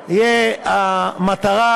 המטרה,